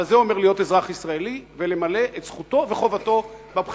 אבל זה אומר להיות אזרח ישראלי ולמלא את זכותו וחובתו בבחירות.